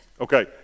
Okay